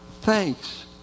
Thanks